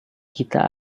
kita